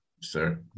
sir